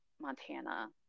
Montana